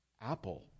apple